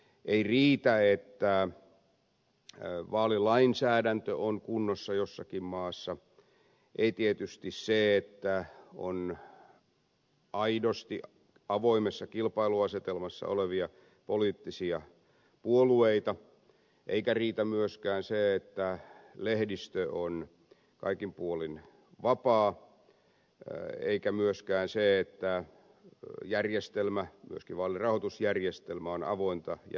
ei riitä että vaalilainsäädäntö on kunnossa jossakin maassa ei tietysti se että on aidosti avoimessa kilpailuasetelmassa olevia poliittisia puolueita eikä riitä myöskään se että lehdistö on kaikin puolin vapaa eikä myöskään se että järjestelmä myöskin vaalirahoitusjärjestelmä on avointa ja niin edelleen